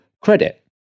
credit